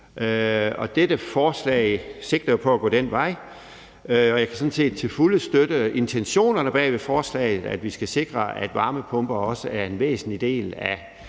Dette forslag sigter på at gå den vej, og jeg kan sådan set til fulde støtte intentionerne bag ved forslaget om, at vi skal sikre, at varmepumper også er en væsentlig del af